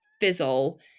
fizzle